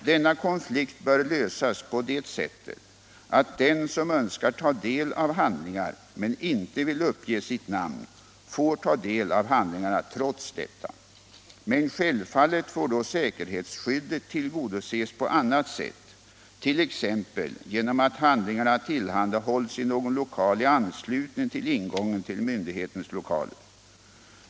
Denna konflikt bör lösas på det sättet att den, som önskar ta del av handlingar men inte vill uppge sitt namn, får ta del av handlingarna trots detta. Men självfallet får då säkerhetsskyddet tillgodoses på annat sätt, t.ex. genom att handlingarna tillhandahålls i någon lokal i anslutning till ingången till myndighetens lokaler.